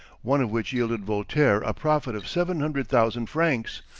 one of which yielded voltaire a profit of seven hundred thousand francs,